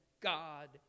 God